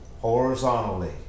horizontally